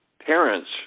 parents